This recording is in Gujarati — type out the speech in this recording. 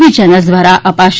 વી ચેનલ્સ દ્વારા અપાશે